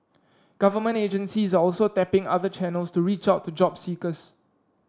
government agencies are also tapping other channels to reach out to job seekers